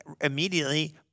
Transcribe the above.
immediately